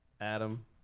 Adam